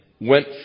went